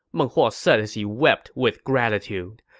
meng huo said as he wept with gratitude.